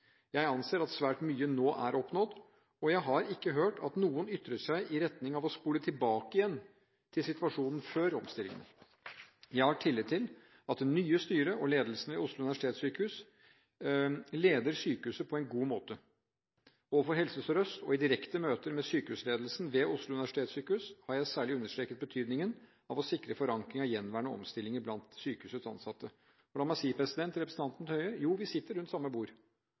Jeg anser at svært mye nå er oppnådd, og jeg har ikke hørt noen ytre seg i retning av å spole tilbake igjen til situasjonen før omstillingene. Jeg har tillit til at det nye styret og ledelsen ved Oslo universitetssykehus leder sykehuset på en god måte. Overfor Helse Sør-Øst, og i direkte møter med sykehusledelsen ved Oslo universitetssykehus, har jeg særlig understreket betydningen av å sikre forankring av gjenværende omstillinger blant sykehusets ansatte. Og la meg si til representanten Høie: Jo, vi sitter rundt samme bord,